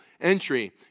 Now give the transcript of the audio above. entry